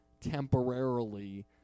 temporarily